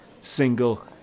single